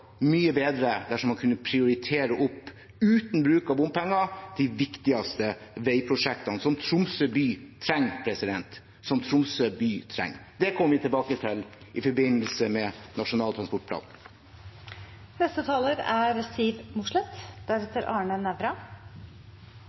mye bedre dersom man kunne prioritere opp – uten bruk av bompenger – de viktigste veiprosjektene som Tromsø by trenger. Det kommer vi tilbake til i forbindelse med Nasjonal transportplan. Jeg er